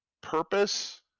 purpose